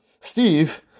Steve